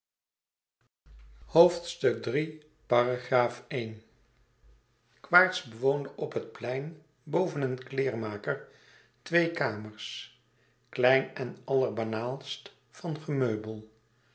quaerts bewoonde op het plein boven een kleêrmaker twee kamers klein en allerbanaalst van gemeubel